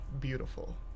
beautiful